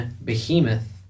behemoth